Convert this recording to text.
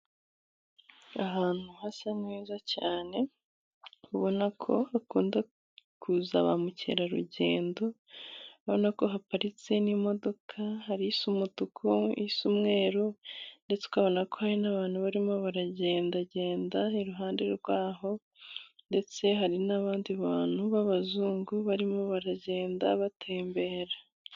Ahantu hasa neza cyane ubona ko hakunda kuza ba mukerarugendo, urabona ko haparitse n'imodoka, harisa umutuku, isa umweru ndetse ukabona ko hari n'abantu barimo baragendagenda, iruhande rwaho ndetse hari n'abandi bantu b'abazungu barimo baragenda batembera.